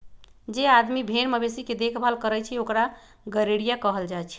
जे आदमी भेर मवेशी के देखभाल करई छई ओकरा गरेड़िया कहल जाई छई